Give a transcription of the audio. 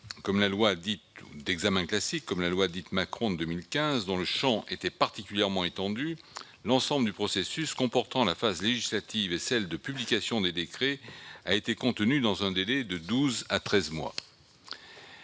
comme la loi dite « Macron » de 2015, dont le champ était particulièrement étendu, l'ensemble du processus, comportant la phase législative et celle de publication des décrets, a été contenu dans un délai de douze à treize mois.